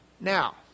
Now